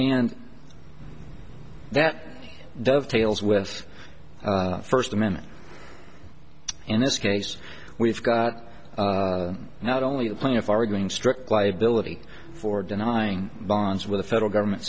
and that dovetails with first amendment in this case we've got not only the plaintiffs arguing strict liability for denying bonds with the federal government